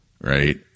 right